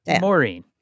Maureen